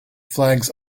flags